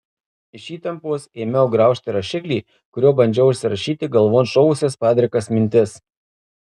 iš įtampos ėmiau graužti rašiklį kuriuo bandžiau užsirašyti galvon šovusias padrikas mintis